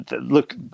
look